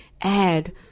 add